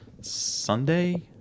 Sunday